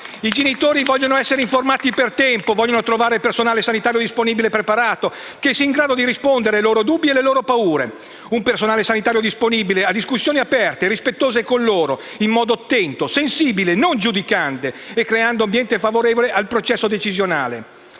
I genitori vogliono essere informati per tempo. Vogliono trovare personale sanitario disponibile e preparato in grado di rispondere ai loro dubbi e alle loro paure. Un personale sanitario disponibile a discussioni aperte e rispettose con loro, in modo attento, sensibile, non giudicante, creando un ambiente favorevole al processo decisionale.